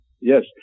Yes